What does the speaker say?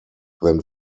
than